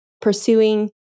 pursuing